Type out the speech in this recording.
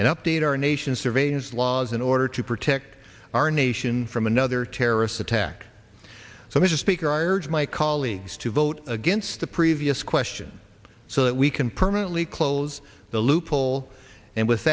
and update our nation's survey's laws in order to protect our nation from another terrorist attack so mr speaker i urge my colleagues to vote against the previous question so that we can permanently close the loophole and with